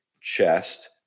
chest